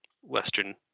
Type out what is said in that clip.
Western